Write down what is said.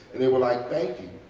and they were like, thank you.